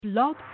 Blog